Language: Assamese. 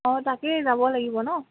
অঁ তাকেই যাব লাগিব ন